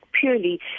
purely